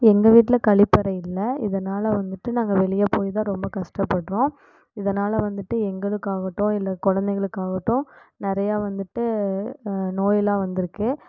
எங்கள் வீட்டில் கழிப்பறை இல்லை இதனால் வந்துட்டு நாங்கள் வெளியே போய் தான் ரொம்ப கஷ்டபட்றோம் இதனால் வந்துட்டு எங்களுக்காகட்டும் இல்லை குழந்தைகளுக்காவட்டும் நிறையா வந்துட்டு நோயெல்லாம் வந்திருக்கு